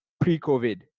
pre-COVID